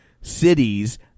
Cities